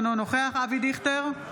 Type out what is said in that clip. אינו נוכח אבי דיכטר,